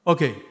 Okay